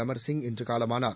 அமர்சிங் இன்று காலமானார்